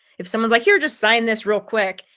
if someone's like, here, just sign this real quick.